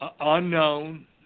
unknown